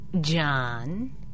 John